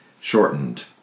shortened